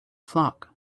flock